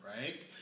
right